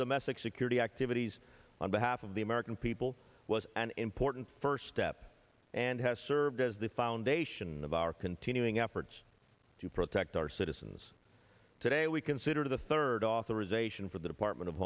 domestic security activities on behalf of the american people was an important first step and has served as the foundation of our continuing efforts to protect our citizens today we consider the third authorization for the department of